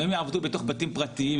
הם יעבדו בתוך בתים פרטיים,